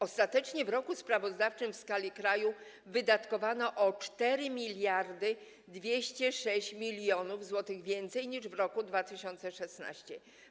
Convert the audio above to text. Ostatecznie w roku sprawozdawczym w skali kraju wydatkowano o 4206 mln zł więcej niż w roku 2016.